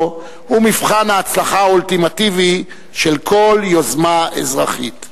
הוא מבחן ההצלחה האולטימטיבי של כל יוזמה אזרחית.